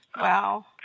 Wow